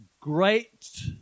great